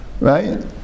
right